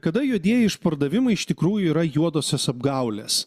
kada juodieji išpardavimai iš tikrųjų yra juodosios apgaulės